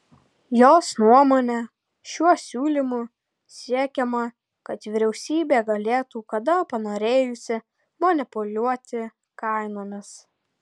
jos nuomone šiuo siūlymu siekiama kad vyriausybė galėtų kada panorėjusi manipuliuoti kainomis